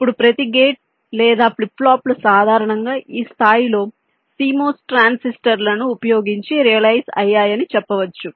ఇప్పుడు ప్రతి గేట్ లేదా ఫ్లిప్ ఫ్లాప్ లు సాధారణంగా ఈ స్థాయిలో CMOS ట్రాన్సిస్టర్ లను ఉపయోగించి రియలైజ్ అయ్యాయని చెప్పవచ్చు